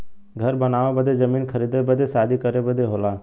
घर बनावे बदे जमीन खरीदे बदे शादी करे बदे होला